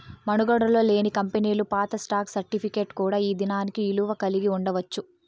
మనుగడలో లేని కంపెనీలు పాత స్టాక్ సర్టిఫికేట్ కూడా ఈ దినానికి ఇలువ కలిగి ఉండచ్చు